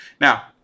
now